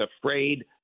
afraid